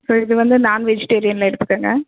so இது வந்து non வெஜ்டேரியனில் எடுத்துக்கங்க